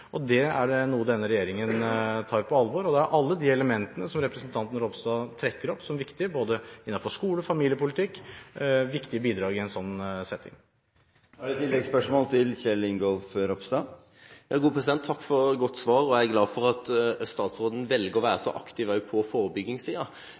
er noe denne regjeringen tar på alvor. Alle de elementene som representanten Ropstad trekker frem som viktige – både innenfor skole og innenfor familiepolitikk – er viktige bidrag i en slik setting. Takk for godt svar. Jeg er glad for at statsråden velger å være aktiv også på forebyggingssida. Jeg mener det er viktig at statsråden